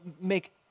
make